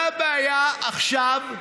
מה הבעיה עכשיו,